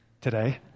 today